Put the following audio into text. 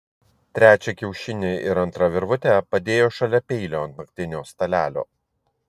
trečią kiaušinį ir antrą virvutę padėjo šalia peilio ant naktinio stalelio